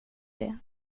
det